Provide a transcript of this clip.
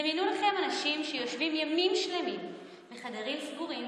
דמיינו לכם אנשים שיושבים ימים שלמים בחדרים סגורים